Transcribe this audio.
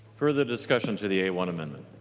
further discussion to the a one amendment?